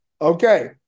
Okay